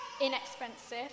inexpensive